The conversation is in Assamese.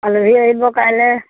আলহী আহিব কাইলৈ